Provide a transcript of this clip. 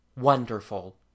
wonderful